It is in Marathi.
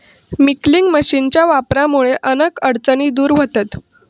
मिल्किंग मशीनच्या वापरामुळा अनेक अडचणी दूर व्हतहत